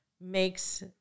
makes